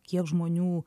kiek žmonių